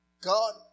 God